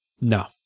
no